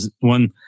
one